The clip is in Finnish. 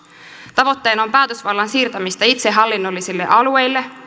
tavoitteena on päätösvallan siirtämistä itsehallinnollisille alueille